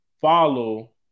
follow